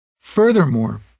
Furthermore